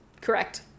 Correct